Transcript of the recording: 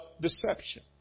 deception